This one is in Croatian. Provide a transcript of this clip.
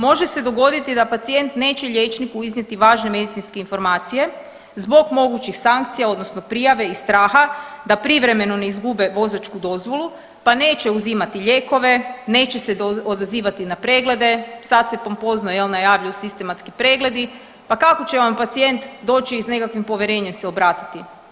Može se dogoditi da pacijent neće liječniku iznijeti važne medicinske informacije zbog mogućih sankcija odnosno prijave iz straha da privremeno ne izgube vozačku dozvolu, pa neće uzimati lijekove, neće se odazivati na preglede, sad se pompozno najavljuju sistematski pregledi, pa kako će vam pacijent doći i s nekakvim povjerenjem se obratiti.